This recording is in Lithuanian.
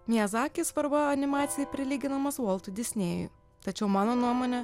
miazaki svarba animacijai prilyginamas voltui disnėjui tačiau mano nuomone